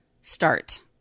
start